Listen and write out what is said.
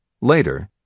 Later